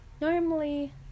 normally